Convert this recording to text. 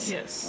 Yes